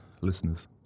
listeners